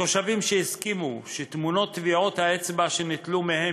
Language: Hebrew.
תושבים שהסכימו שתמונות טביעות האצבע שניטלו מהן